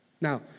Now